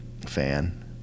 fan